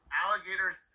alligators